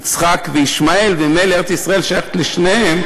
יצחק וישמעאל וממילא ארץ-ישראל שייכת לשניהם,